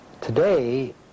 Today